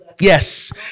yes